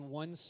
one